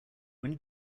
when